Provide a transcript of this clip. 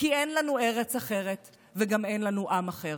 כי אין לנו ארץ אחרת וגם אין לנו עם אחר.